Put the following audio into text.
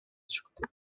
çıktı